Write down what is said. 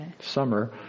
summer